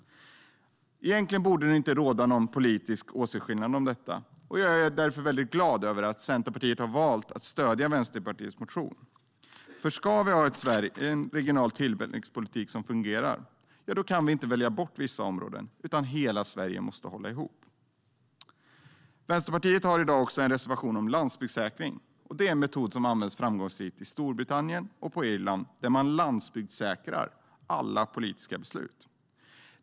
Egentligen borde det inte råda någon politisk åsiktsskillnad om detta. Jag är därför glad över att Centerpartiet har valt att stödja Vänsterpartiets motion. Om vi ska ha en regional tillväxtpolitik som fungerar kan vi inte välja bort vissa områden, utan hela Sverige måste hålla ihop. Vänsterpartiet har i dag också en reservation om landsbygdssäkring. Det är en metod som används framgångsrikt i Storbritannien och på Irland, där man landsbygdssäkrar alla politiska beslut.